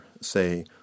say